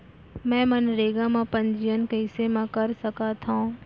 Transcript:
मैं मनरेगा म पंजीयन कैसे म कर सकत हो?